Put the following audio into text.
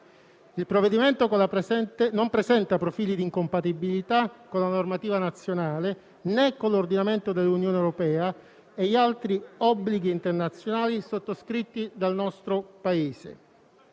Il provvedimento non presenta profili di incompatibilità con la normativa nazionale, né con l'ordinamento dell'Unione europea e gli altri obblighi internazionali sottoscritti dal nostro Paese.